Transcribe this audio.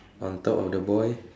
on top of the boy